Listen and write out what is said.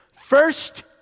First